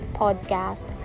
podcast